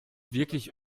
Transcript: wirklich